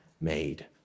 made